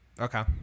Okay